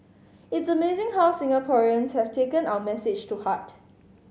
it's amazing how Singaporeans have taken our message to heart